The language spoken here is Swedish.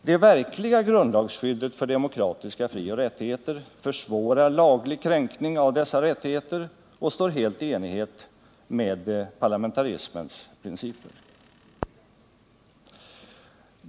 Det verkliga grundlagsskyddet för demokratiska frioch rättigheter försvårar laglig kränkning av dessa rättigheter och står helt i enlighet med parlamentarismens principer.